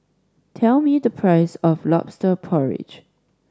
tell me the price of Lobster Porridge